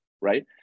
right